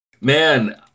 man